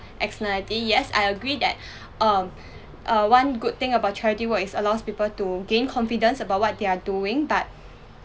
externality yes I agree that um err one good thing about charity work is allows people to gain confidence about what they are doing but